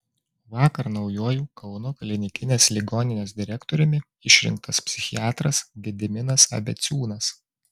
vakar naujuoju kauno klinikinės ligoninės direktoriumi išrinktas psichiatras gediminas abeciūnas